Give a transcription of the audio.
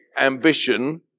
ambition